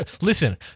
listen